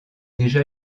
déjà